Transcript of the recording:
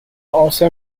also